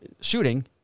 shooting